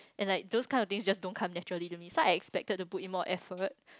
and like those kind of things just don't come naturally to me so I expected to put in more effort